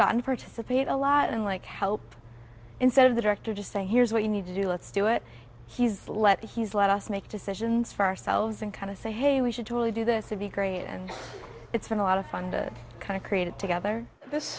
to participate a lot and like help instead of the director to say here's what you need to do let's do it he's let he's let us make decisions for ourselves and kind of say hey we should totally do this would be great and it's been a lot of fun and kind of created together this